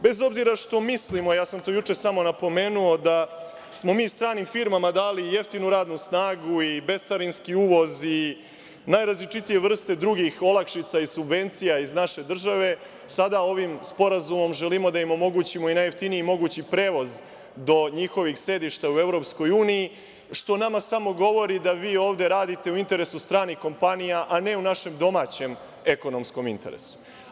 Bez obzira što mislimo, ja sam to juče samo napomenuo, da smo mi stranim firmama dali jeftinu radnu snagu i bescarinski uvoz i najrazličitije vrste drugih olakšica i subvencija iz naše države, sada ovim sporazumom želimo da im omogućimo i najjeftiniji mogući prevoz do njihovih sedišta u Evropskoj uniji, što nama samo govori da vi ovde radite u interesu stranih kompanija, a ne u našem domaćem ekonomskom interesu.